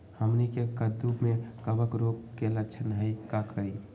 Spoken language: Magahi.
हमनी के कददु में कवक रोग के लक्षण हई का करी?